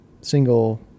single